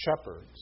shepherds